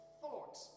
thought